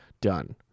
done